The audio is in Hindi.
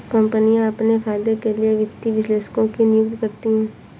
कम्पनियाँ अपने फायदे के लिए वित्तीय विश्लेषकों की नियुक्ति करती हैं